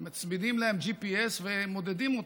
מצמידים להם GPS ומודדים אותם.